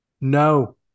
No